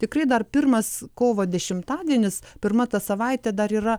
tikrai dar pirmas kovo dešimtadienis pirma ta savaitė dar yra